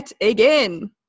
again